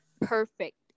Perfect